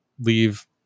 leave